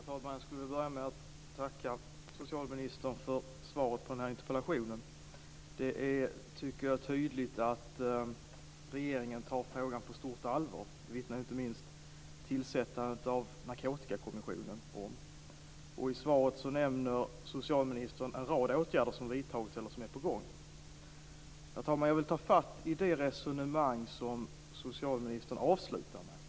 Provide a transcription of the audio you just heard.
Herr talman! Jag skulle vilja börja med att tacka socialministern för svaret på den här interpellationen. Jag tycker att det visar tydligt att regeringen tar frågan på stort allvar. Det vittnar inte minst tillsättandet av Narkotikakommissionen om. I svaret nämner socialministern en rad åtgärder som vidtagits eller som är på gång. Herr talman! Jag vill ta fatt i det resonemang som socialministern avslutar med.